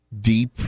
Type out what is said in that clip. deep